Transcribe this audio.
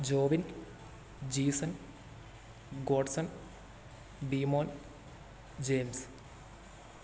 Jobin Jeesan Godson Beemon germs